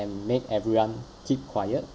make everyone keep quiet